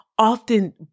Often